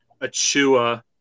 Achua